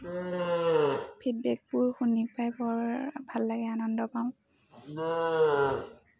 ফিডবেকবোৰ শুনি পাই বৰ ভাল লাগে আনন্দ পাওঁ